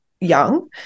young